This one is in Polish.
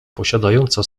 posiadająca